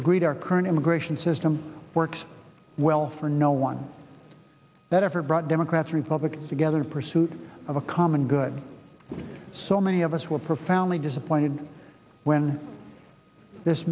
will greet our current immigration system works well for no one that ever brought democrats republicans together in pursuit of a common good so many of us were profoundly disappointed when this